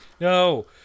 No